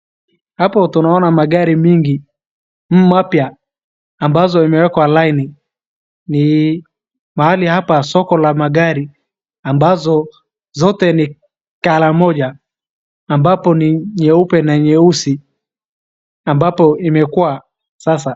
Hapo tunaona magari mingi mapya ambazo zimewekwa laini. Ni mahali hapa soko la magari ambazo ni colour moja ambapo ni nyeupe na nyeusi ambapo imekuwa sasa.